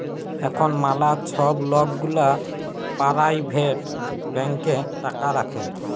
এখল ম্যালা ছব লক গুলা পারাইভেট ব্যাংকে টাকা রাখে